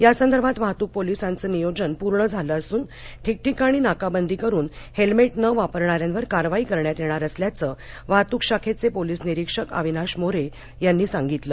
यासंदर्भात वाहतुक पोलिसांचे नियोजन पूर्ण झाले असुन ठिकठिकाणी नाकाबंदी करून हेल्मेट न वापरणाऱ्यांवर कारवाई करण्यात येणार असल्याचं वाहतूक शाखेचे पोलीस निरीक्षक अविनाश मोरे यांनी सांगितलं